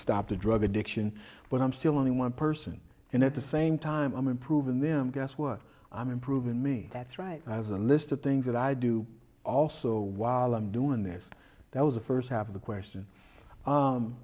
the drug addiction but i'm still only one person and at the same time i'm improving them guess what i'm improving me that's right as a list of things that i do also while i'm doing this that was the first half of the question